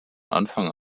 anfang